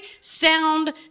sound